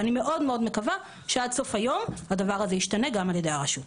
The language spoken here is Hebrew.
אני מאוד מקווה שעד סוף היום הדבר הזה ישתנה גם על ידי הרשות.